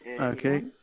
Okay